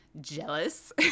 jealous